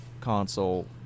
console